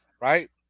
Right